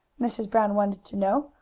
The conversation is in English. mrs. brown wanted to know.